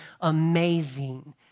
amazing